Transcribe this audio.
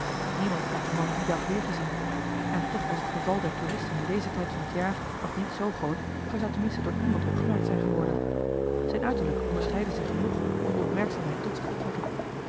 niemand had den man dien dag weergezien en toch was het getal der toeristen in dezen tijd van het jaar nog niet zoo groot of hij zou tenminste door iemand opgemerkt zijn geworden zijn uiterlijk onderscheidde zich genoeg om de opmerkzaamheid tot zich te trekken